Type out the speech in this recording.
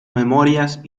memorias